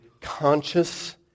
conscious